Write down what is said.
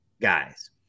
guys